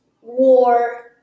war